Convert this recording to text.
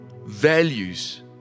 values